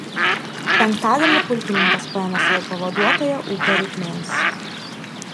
penktadienį pulkininkas paėmė savo pavaduotoją ūkio reikmėms